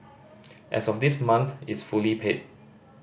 as of this month it's fully paid